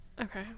Okay